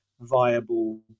viable